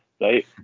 right